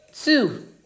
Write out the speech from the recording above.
Two